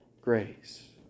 grace